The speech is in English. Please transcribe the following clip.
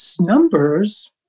Numbers